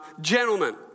Gentlemen